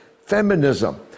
feminism